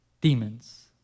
demons